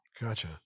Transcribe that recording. Gotcha